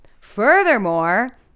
furthermore